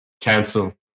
cancel